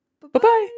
bye-bye